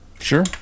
Sure